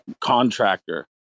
contractor